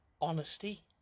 honesty